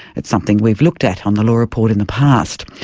it's something we've looked at on the law report in the past.